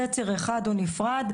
זה ציר אחד והוא נפרד.